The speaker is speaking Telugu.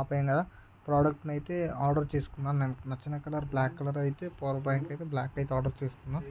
ఆపేయం కదా ప్రోడక్ట్నైతే ఆర్డర్ చేసుకున్నాను నాకు నచ్చిన కలర్ బ్ల్యాక్ కలర్ అయితే పూల ప్యాంట్ బ్ల్యాక్నైతే ఆర్డర్ చేసుకున్నాను